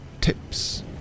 tips